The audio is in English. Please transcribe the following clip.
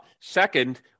Second